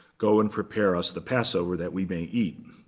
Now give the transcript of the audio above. go and prepare us the passover, that we may eat.